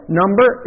number